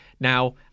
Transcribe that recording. Now